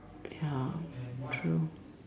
ya true